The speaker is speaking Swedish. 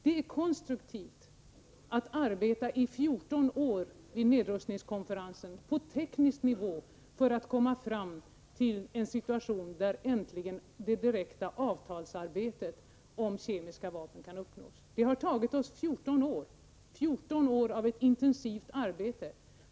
Det är konstruktivt att arbeta i 14 år vid nedrustningskonferensen på teknisk nivå för att komma fram till den tidpunkt då det direkta avtalsarbetet om kemiska vapen äntligen kan startas. Det har tagit oss 14 år av intensivt arbete.